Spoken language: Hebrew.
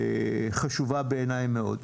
חשובה בעיני מאוד.